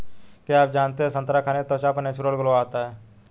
क्या आप जानते है संतरा खाने से त्वचा पर नेचुरल ग्लो आता है?